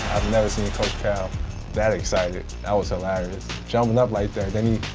never seen coach cal that excited. i was hilarious jumping up light there then